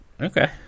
Okay